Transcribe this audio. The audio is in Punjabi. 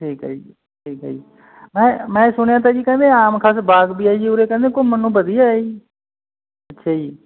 ਠੀਕ ਹੈ ਜੀ ਠੀਕ ਹੈ ਜੀ ਮੈਂ ਮੈਂ ਸੁਣਿਆ ਤਾ ਜੀ ਕਹਿੰਦੇ ਆਮ ਖਾਸ ਬਾਗ ਵੀ ਆ ਜੀ ਉਰੇ ਕਹਿੰਦੇ ਘੁੰਮਣ ਨੂੰ ਵਧੀਆ ਏ ਅੱਛਾ ਜੀ